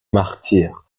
martyrs